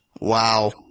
wow